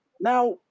Now